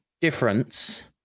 difference